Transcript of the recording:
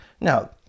Now